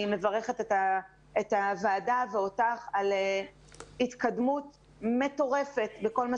אני מברכת את הוועדה ואותך על התקדמות מטורפת בכל מה